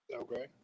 okay